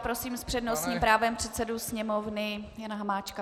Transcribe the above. Prosím s přednostním právem předsedu Sněmovny Jana Hamáčka.